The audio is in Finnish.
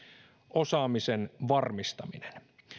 osaamisen varmistaminen